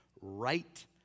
right